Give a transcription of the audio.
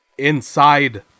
inside